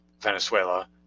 venezuela